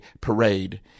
parade